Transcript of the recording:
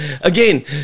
Again